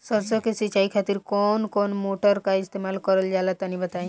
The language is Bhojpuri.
सरसो के सिंचाई खातिर कौन मोटर का इस्तेमाल करल जाला तनि बताई?